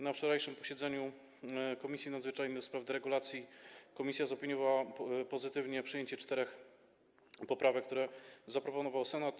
Na wczorajszym posiedzeniu Komisji Nadzwyczajnej do spraw deregulacji komisja zaopiniowała pozytywnie przyjęcie czterech poprawek, które zaproponował Senat.